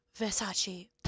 Versace